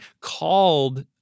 called